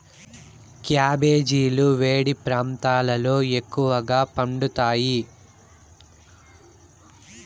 క్యాబెజీలు వేడి ప్రాంతాలలో ఎక్కువగా పండుతాయి